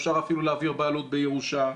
אפשר אפילו להעביר בעלות בירושה,